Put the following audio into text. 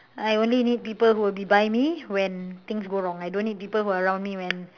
I only need people who will be by me when things go wrong I don't need people who are around me when